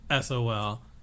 SOL